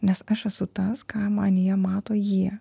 nes aš esu tas ką manyje mato jie